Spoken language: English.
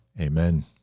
amen